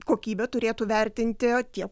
kokybę turėtų vertinti tie